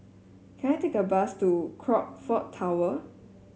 can I take a bus to Crockford Tower